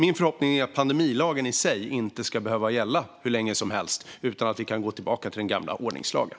Min förhoppning är att pandemilagen i sig inte ska behöva gälla hur länge som helst utan att vi ska kunna gå tillbaka till den gamla ordningslagen.